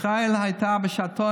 ישראל הייתה בשעתה,